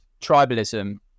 tribalism